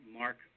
mark